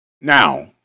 Now